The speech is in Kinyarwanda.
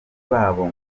babo